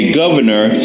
governor